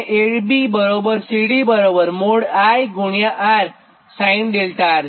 AB CD | I | R sin 𝛿R છે